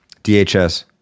DHS